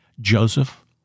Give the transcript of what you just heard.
Joseph